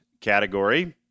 category